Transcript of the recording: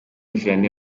vianney